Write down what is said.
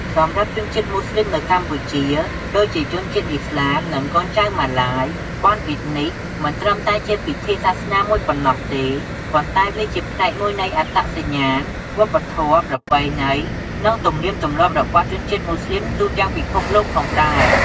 សម្រាប់ជនជាតិមូស្លីមនៅកម្ពុជា ដូចជា ជនជាតិឥស្លាម និងកូនចៅម៉ាឡាយ បុណ្យអ៊ីឌនេះមិនត្រឹមតែជាពិធីសាសនាមួយប៉ុណ្ណោះទេ ប៉ុន្តែវាជាផ្នែកមួយនៃអត្តសញ្ញាណ វប្បធម៌ ប្រពៃណី និងទំនៀមទម្លាប់របស់ជនជាតិមូស្លីមទូទាំងពិភពលោកផងដែរ។